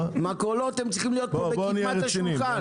מכולות, הם צריכים להיות פה בקדמת השולחן.